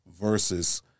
versus